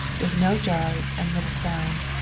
with no jars and little sound.